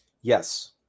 Yes